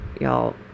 y'all